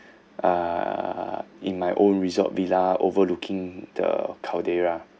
uh in my own resort villa overlooking the caldera